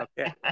Okay